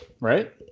right